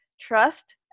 trust